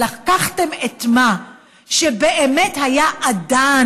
אבל לקחתם את מה שבאמת היה אדן,